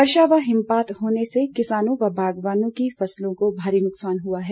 वर्षा व हिमपात होने से किसानों व बागवानों की फसलों को भी भारी नुकसान हुआ है